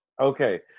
Okay